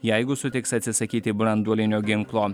jeigu sutiks atsisakyti branduolinio ginklo